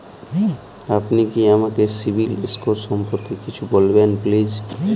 আপনি কি আমাকে সিবিল স্কোর সম্পর্কে কিছু বলবেন প্লিজ?